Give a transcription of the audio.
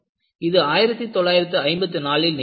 இது 1954 ல் நிகழ்ந்தது